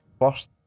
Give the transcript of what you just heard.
first